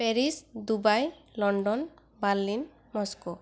Paris Dubai London Berlin Moscow